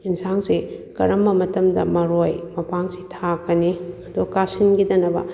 ꯌꯦꯟꯁꯥꯡꯁꯤ ꯀꯔꯝꯕ ꯃꯇꯝꯗ ꯃꯔꯣꯏ ꯃꯄꯥꯡꯁꯤ ꯊꯥꯛꯀꯅꯤ ꯑꯗꯨ ꯀꯥꯁꯤꯟꯈꯤꯗꯅꯕ